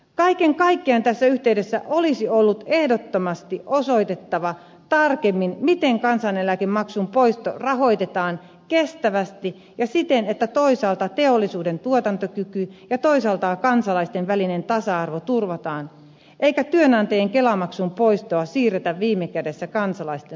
kaiken kaikkiaan tässä yhteydessä olisi pitänyt ehdottomasti osoittaa tarkemmin miten kansaneläkemaksun poisto rahoitetaan kestävästi ja siten että toisaalta teollisuuden tuotantokyky ja toisaalta kansalaisten välinen tasa arvo turvataan eikä työnantajien kelamaksun poistoa siirretä viime kädessä kansalaisten maksettavaksi